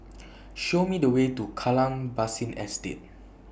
Show Me The Way to Kallang Basin Estate